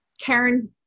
Karen